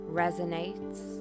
resonates